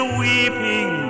weeping